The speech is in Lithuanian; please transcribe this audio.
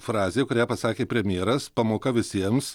frazė kurią pasakė premjeras pamoka visiems